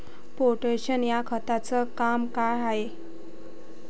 Potash या खताचं काम का हाय?